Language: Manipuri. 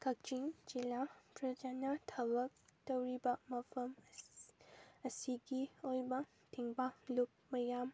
ꯀꯛꯆꯤꯡ ꯖꯤꯂꯥ ꯐꯖꯅ ꯊꯕꯛ ꯇꯧꯔꯤꯕ ꯃꯐꯝ ꯑꯁꯤꯒꯤ ꯑꯣꯏꯕ ꯇꯦꯡꯕꯥꯡ ꯂꯨꯞ ꯃꯌꯥꯝ